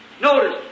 Notice